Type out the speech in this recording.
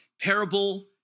Parable